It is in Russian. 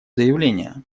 заявление